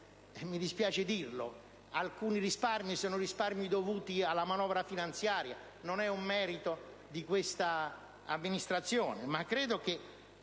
mi dispiace dirlo - alcuni risparmi sono dovuti alla manovra finanziaria e non sono un merito di questa Amministrazione.